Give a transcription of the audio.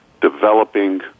developing